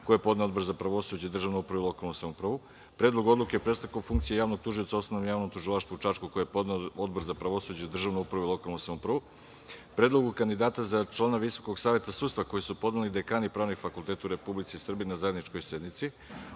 koji je podneo Odbor za pravosuđe, državnu upravu i lokalnu samoupravu, Predlogu Odluke o prestanku funkcije javnog tužioca Osnovnom javnom tužilaštvu u Čačku, koji je podneo Odbor za pravosuđe, državnu upravu i lokalnu samoupravu, Predlogu kandidata za člana Visokog saveta sudstva koji su podneli dekani Pravnih fakulteta u Republici Srbiji na zajedničkoj sednici